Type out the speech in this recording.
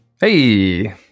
Hey